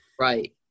Right